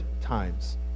times